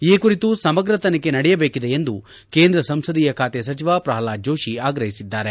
ಈ ಕುರಿತು ಸಮಗ್ರ ತನಿಖೆ ನಡೆಯಬೇಕಿದೆ ಎಂದು ಕೇಂದ್ರ ಸಂಸದೀಯ ಬಾತೆ ಸಚಿವ ಪ್ರಹ್ಲಾದ್ ಜೋಶಿ ಆಗ್ರಹಿಸಿದ್ದಾರೆ